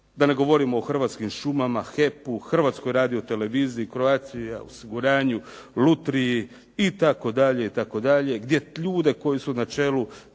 da ne govorimo o Hrvatskim šumama, HEP-u, Hrvatskoj radioteleviziji, Croatia osiguranju, Lutriji itd., itd., gdje ljude koji su na čelu